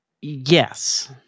Yes